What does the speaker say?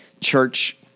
church